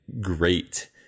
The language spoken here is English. great